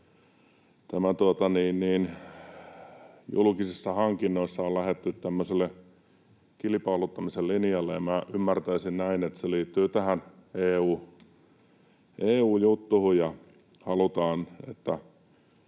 Julkisissa hankinnoissa on lähdetty tämmöiselle kilpailuttamisen linjalle, ja minä ymmärtäisin näin, että se liittyy tähän EU-juttuun ja halutaan, että